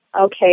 okay